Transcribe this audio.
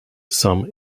some